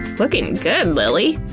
lookin' good, lilly!